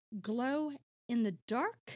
glow-in-the-dark